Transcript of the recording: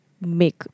make